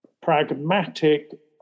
pragmatic